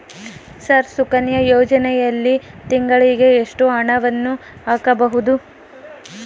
Sir Sukanya ಯೋಜನೆಯಲ್ಲಿ ತಿಂಗಳಿಗೆ ಎಷ್ಟು ಹಣವನ್ನು ಹಾಕಬಹುದು?